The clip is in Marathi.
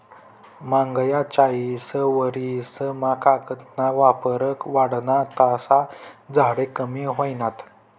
मांगला चायीस वरीस मा कागद ना वापर वाढना तसा झाडे कमी व्हयनात